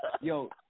yo